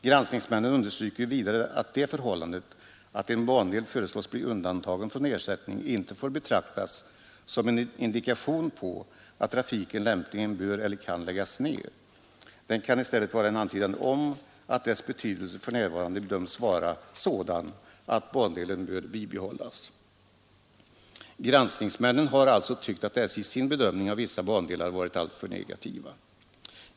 Granskningsmännen understryker vidare att det förhållandet att en bandel föreslås bli undantagen från ersättning inte får betraktas som en indikation på att trafiken lämpligen bör eller kan läggas ned. Det kan i stället vara en antydan om att dess betydelse för närvarande bedöms vara sådan att bandelen bör bibehållas. Granskningsmännen har alltså tyckt att SJ i sin bedömning av vissa bandelar varit alltför negativ.